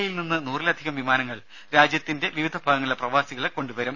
ഇയിൽ നിന്ന് നൂറിലധികം വിമാനങ്ങൾ രാജ്യത്തിന്റെ വിവിധ ഭാഗങ്ങളിലെ പ്രവാസികളെ കൊണ്ടുവരും